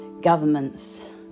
governments